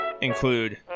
include